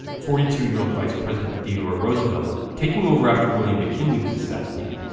forty two year-old vice president theodore roosevelt, taking over after william mckinley was assassinated,